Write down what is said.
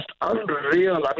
unreal